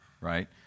right